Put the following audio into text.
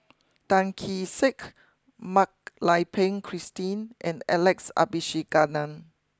Tan Kee Sek Mak Lai Peng Christine and Alex Abisheganaden